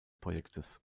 projektes